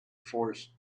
forced